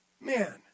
Man